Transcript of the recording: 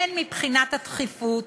הן מבחינת התכיפות